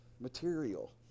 material